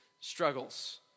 struggles